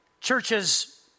Churches